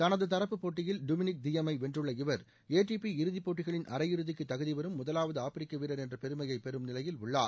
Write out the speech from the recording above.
தனது தரப்பு போட்டியில் டுமினிக் தியம் ஐ வென்றுள்ள இவர் ஏடிபி இறுதிப் போட்டிகளின் அரையிறுதிக்கு தகுதிபெறம் முதலாவது ஆப்பிரிக்க வீரர் என்ற பெருமையை பெறம் நிலையில் உள்ளார்